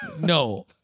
No